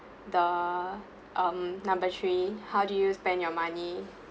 the um number three how do you spend your money